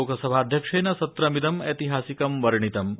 लोकसभाध्यक्षेण सत्रमिदम् ऐतिहासिकं वर्णितम्